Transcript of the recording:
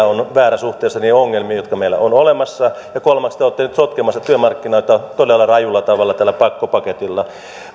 on väärä suhteessa niihin ongelmiin jotka meillä ovat olemassa ja kolmanneksi te olette nyt sotkemassa työmarkkinoita todella rajulla tavalla tällä pakkopaketilla